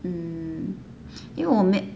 mm 因为我没